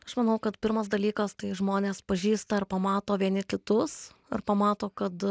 aš manau kad pirmas dalykas tai žmonės pažįsta ir pamato vieni kitus ir pamato kad